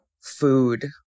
food